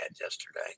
yesterday